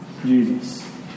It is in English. Jesus